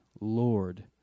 Lord